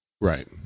Right